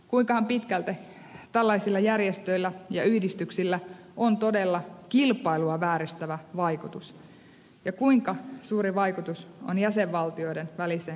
kuinkahan pitkälti tällaisilla järjestöillä ja yhdistyksillä on todella kilpailua vääristävä vaikutus ja kuinka suuri vaikutus niillä on jäsenvaltioiden väliseen kauppaan